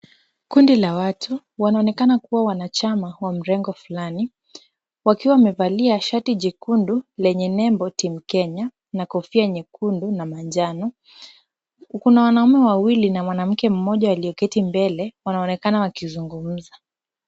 Kundi la watu wanaonekana kuwa wanachama wa mlengo fulani, wakiwa wamevalia shati jekundu lenye nembo team Kenya na kofia nyekundu na manjano. Kuna wanaume wawili na mwanamke mmoja aliyeketi mbele wanaonekana wakizungumza.